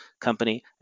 company